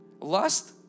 Lust